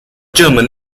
german